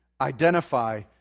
Identify